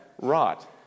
rot